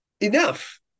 enough